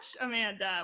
Amanda